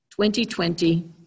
2020